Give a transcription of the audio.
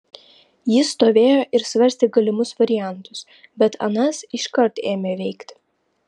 jis stovėjo ir svarstė galimus variantus bet anas iškart ėmė veikti